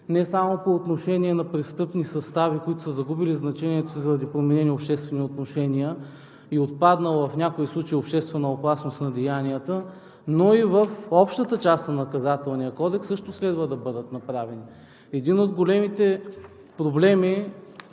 не само по отношение на престъпни състави, които са загубили значението си заради променени обществени отношения и отпаднала в някои случаи обществена опасност на деянията, но и в общата част на Наказателния кодекс също следва да бъдат направени. Един от големите проблеми,